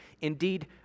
Indeed